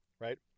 right